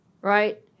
Right